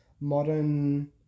modern